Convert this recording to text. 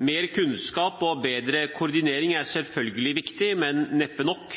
Mer kunnskap og bedre koordinering er selvfølgelig viktig, men neppe nok.